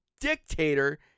dictator